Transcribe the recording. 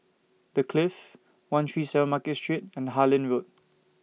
The Clift one three seven Market Street and Harlyn Road